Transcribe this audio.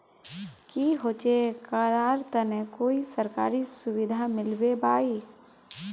की होचे करार तने कोई सरकारी सुविधा मिलबे बाई?